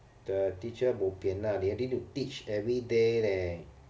the teacher bo pian lah they need to teach every day leh